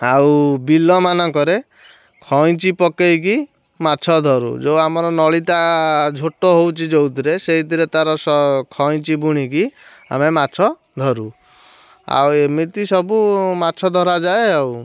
ଆଉ ବିଲମାନଙ୍କରେ ଖଇଁଚି ପକେଇକି ମାଛ ଧରୁ ଯେଉଁ ଆମର ନଳିତା ଝୋଟ ହେଉଛି ଯୋଉଥିରେ ସେଇଥିରେ ତା'ର ସ ଖଇଁଚି ବୁଣିକି ଆମେ ମାଛ ଧରୁ ଆଉ ଏମିତି ସବୁ ମାଛ ଧରାଯାଏ ଆଉ